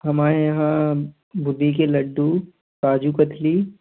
हमारे यहाँ बूंदी के लड्डू काजू कतली